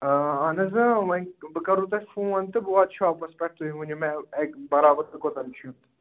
آ اہن حظ وۅنۍ بہٕ کَرہو تۄہہِ فون تہٕ بہٕ واتہٕ شاپَس پٮ۪ٹھ تُہۍ ؤنِو مےٚ اَکہِ برابر مےٚ کوٚت چھُ یُن